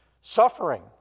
Suffering